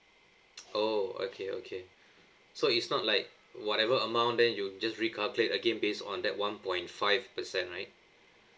oh okay okay so it's not like whatever amount then you just recalculate again based on that one point five percent right